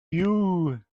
you